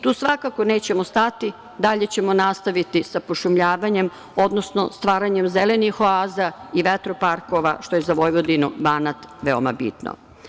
Tu svakako nećemo stati, dalje ćemo nastaviti sa pošumljavanjem, odnosno stvaranjem zelenih oaza i vetro-parkova što je za Vojvodinu, Banat veoma bitno.